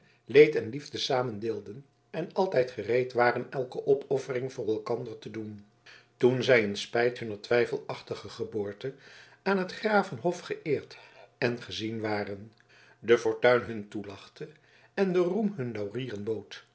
leed en lief te zamen deelden en altijd gereed waren elke opoffering voor elkander te doen toen zij in spijt hunner twijfelachtige geboorte aan s graven hof geëerd en gezien waren de fortuin hun toelachte en de roem hun